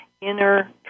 inner